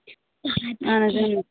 اَہَن حظ